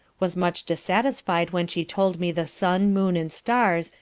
was much dissatisfied when she told me the sun, moon and stars,